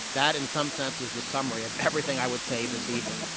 that in some sense is the summary of everything i would say this evening.